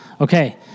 okay